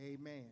Amen